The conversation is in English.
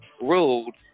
ruled